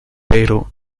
pero